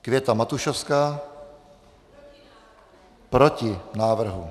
Květa Matušovská: Proti návrhu.